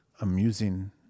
amusing